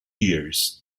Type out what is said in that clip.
years